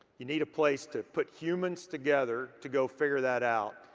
you need a place to put humans together to go figure that out.